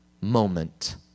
moment